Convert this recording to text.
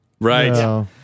right